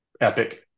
Epic